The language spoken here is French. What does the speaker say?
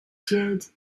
tiède